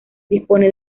dispone